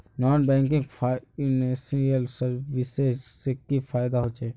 Non banking financial services से की फायदा होचे?